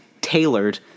tailored